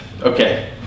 Okay